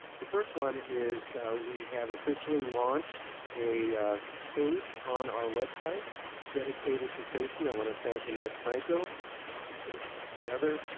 the first one is we have officially launched a page on our website dedicated to safety. i wanna thank annette franco for putting that together.